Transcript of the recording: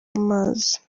amazi